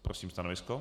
Prosím stanovisko.